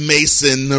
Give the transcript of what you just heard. Mason